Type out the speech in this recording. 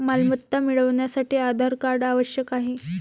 मालमत्ता मिळवण्यासाठी आधार कार्ड आवश्यक आहे